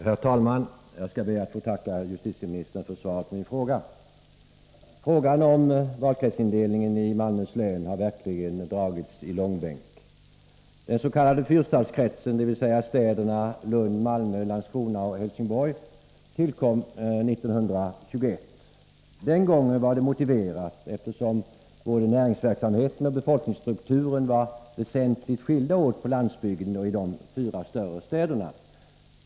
Herr talman! Jag skall be att få tacka justitieministern för svaret på min fråga. Frågan om valkretsindelningen i Malmöhus län har verkligen dragits i långbänk. Den ss.k. fyrstadskretsen, dvs. städerna Lund, Malmö, Landskrona och Helsingborg, tillkom år 1921. Den gången var det motiverat, eftersom både näringsverksamheten och befolkningsstrukturen var väsentligt skilda åt på landsbygden och i de fyra större städerna.